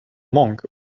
monk